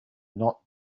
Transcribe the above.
not